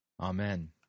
Amen